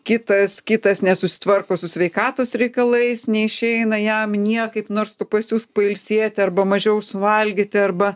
kitas kitas nesusitvarko su sveikatos reikalais neišeina jam niekaip nors tu pasiųsk pailsėti arba mažiau suvalgyti arba